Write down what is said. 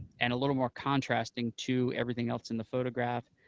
and a little more contrasting to everything else in the photograph,